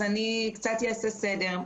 קצת סדר.